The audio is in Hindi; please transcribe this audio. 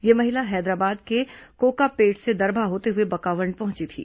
यह महिला हैदराबाद के कोकापेट से दरभा होते हुए बकावंड पहुंची थी